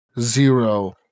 Zero